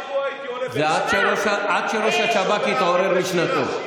עד שראש השב"כ התעורר משנתו.